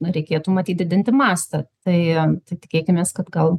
reikėtų matyt didinti mastą tai tikėkimės kad gal